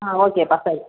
ஆ ஓகேப்பா சரி